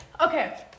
Okay